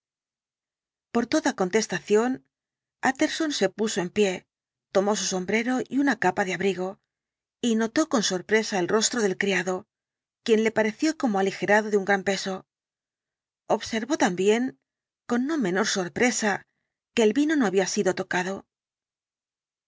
por toda contestación utterson se puso en pie tomó su sombrero y una capa de abrigo y notó con sorpresa el rostro del criado quien le pareció como aligerado de un gran peso observó también con no menor sorpresa que el vino no había sido tocado